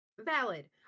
Valid